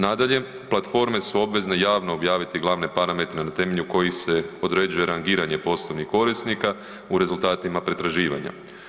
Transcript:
Nadalje, platforme su obvezne javno objaviti glavne parametre na temelju kojih se određuje rangiranje poslovnih korisnika u rezultatima pretraživanja.